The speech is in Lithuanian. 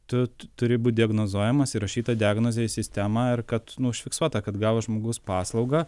tu turi būt diagnozuojamas įrašyta diagnozė į sistemą ir kad nu užfiksuota kad gavo žmogus paslaugą